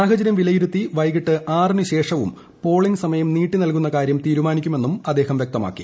സാഹചര്യം വിലയിരുത്തി വൈകിട്ട് ആറിന് ശേഷവും പോളിങ് സമയം നീട്ടിനൽകുന്ന കാര്യം തീരുമാനിക്കുമെന്നും അദ്ദേഹം വ്യക്തമാക്കി